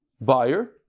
buyer